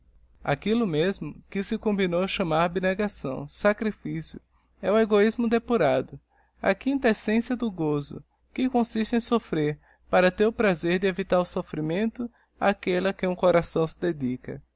aquillo mesmo que se combinou chamar abnegação sacrifício é o egoismo depurado a quinta essência do gozo que consiste em sofifrer para ter o prazer de evitar o soffrimento áquelle a quem o coração se dedica